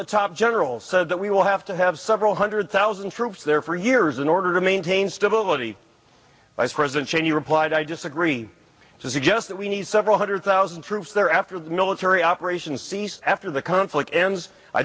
a top general said that we will have to have several hundred thousand troops there for years in order to maintain stability vice president cheney replied i disagree to suggest that we need several hundred thousand troops there after the military operation ceased after the conflict ends i